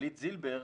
דלית זילבר,